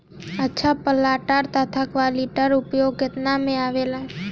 अच्छा प्लांटर तथा क्लटीवेटर उपकरण केतना में आवेला?